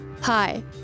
Hi